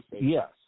Yes